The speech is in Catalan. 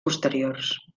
posteriors